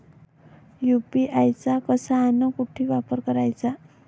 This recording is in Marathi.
यू.पी.आय चा कसा अन कुटी वापर कराचा?